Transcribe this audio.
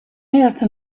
idazten